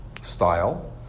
style